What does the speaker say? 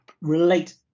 relate